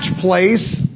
place